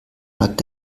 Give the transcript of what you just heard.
hat